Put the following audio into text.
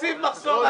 זאת הצעה לסדר.